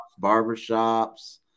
barbershops